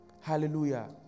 hallelujah